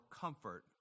comfort